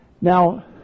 Now